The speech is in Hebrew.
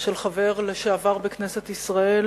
של חבר לשעבר בכנסת ישראל,